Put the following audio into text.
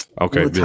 Okay